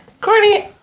Courtney